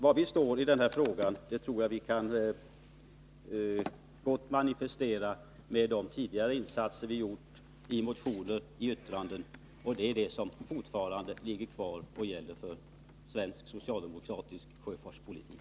Var vi står i den här frågan tror jag gott manifesteras av våra tidigare insatser i form av motioner och yttranden. Innehållet i dessa gäller fortfarande för den svenska socialdemokratins sjöfartspolitik.